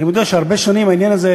אני יודע שהרבה שנים העניין הזה היה